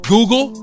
Google